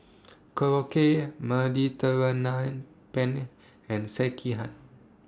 Korokke Mediterranean Penne and Sekihan